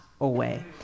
away